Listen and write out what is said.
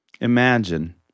Imagine